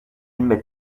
m’est